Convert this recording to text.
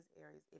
areas